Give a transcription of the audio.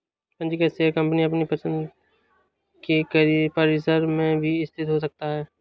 पंजीकृत share company अपनी पसंद के परिसर में भी स्थित हो सकता है